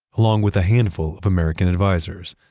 along with a handful of american advisors.